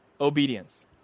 obedience